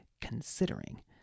considering